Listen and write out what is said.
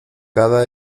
cada